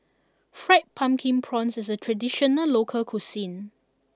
Fried Pumpkin Prawns is a traditional local cuisine